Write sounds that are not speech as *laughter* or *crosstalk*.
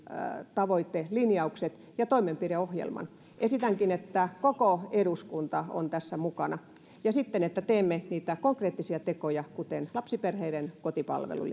tavoitelinjaukset ja toimenpideohjelman esitänkin että koko eduskunta on tässä mukana ja sitten että teemme konkreettisia tekoja kuten lapsiperheiden kotipalvelun *unintelligible*